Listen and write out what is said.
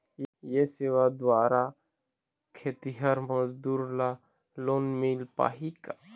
ये सेवा द्वारा खेतीहर मजदूर ला लोन मिल पाही का?